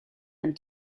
and